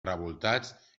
revoltats